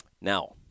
Now